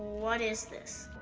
what is this?